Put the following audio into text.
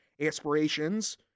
aspirations